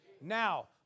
Now